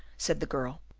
said the girl.